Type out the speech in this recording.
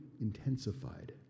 intensified